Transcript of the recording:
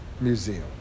museum